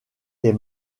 les